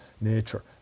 nature